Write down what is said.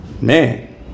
Man